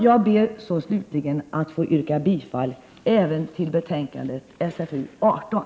Jag ber slutligen att få yrka bifall även till hemställan i betänkandet SfU18.